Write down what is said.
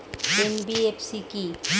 NBFC কী?